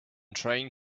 trying